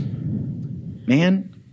man –